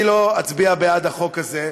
אני לא אצביע בעד החוק הזה,